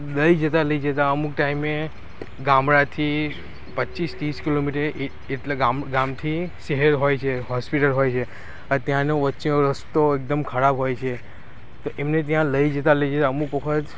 લઈ જતાં લઈ જતાં અમુક ટાઈમે ગામડાથી પચીસ ત્રીસ કિલોમીટર એટલાં ગામ ગામથી શહેર હોય છે હોસ્પિટલ હોય છે અ ત્યાંનો વચ્ચેનો રસ્તો એકદમ ખરાબ હોય છે તો એમને ત્યાં લઈ જતાં લઈ જતાં અમુક વખત